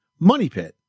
MONEYPIT